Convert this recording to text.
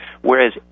Whereas